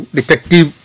Detective